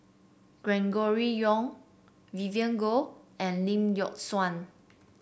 Gregory Yong Vivien Goh and Lee Yock Suan